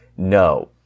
No